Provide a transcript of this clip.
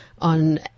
on